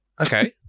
okay